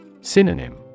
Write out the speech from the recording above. Synonym